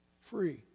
Free